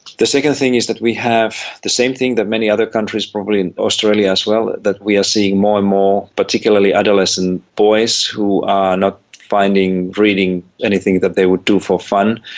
the second thing is that we have the same thing that many other countries probably in australia as well that we are seeing more and more particularly adolescent boys who are not finding reading anything that they would do for fun.